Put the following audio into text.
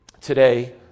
today